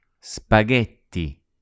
Spaghetti